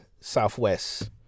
Southwest